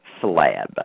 slab